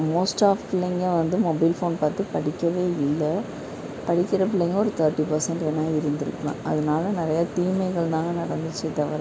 most of பிள்ளைங்க வந்து mobile phone பார்த்து படிக்கவே இல்லை படிக்கிற புள்ளைங்க ஒரு தேர்ட்டி பர்சன்ட்டு வேணா இருந்திருக்கலாம் அதனால நிறையா தீமைகள் தாங்க நடந்துச்சே தவிர